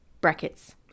brackets